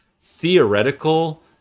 theoretical